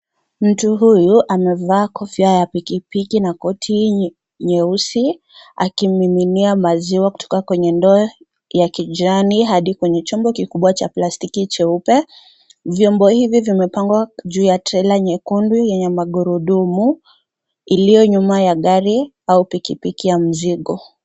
Mtu huyu amevaa kofia ya pikipiki na koti nyeusi akimiminia maziwa kutoka kwenye ndoo ya kijani hadi kwenye chombo kikubwa cha plastiki jeupe, vyombo hivi vimepangwa juu ya trela nyekundu yenye magurudumu iliyo nyuma ya gari au pikipiki ya mzigo.